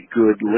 good